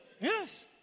Yes